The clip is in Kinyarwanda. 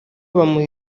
bamuha